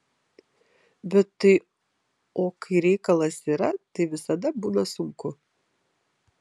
bet tai o kai reikalas yra tai visada būna sunku